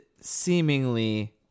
seemingly